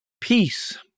peace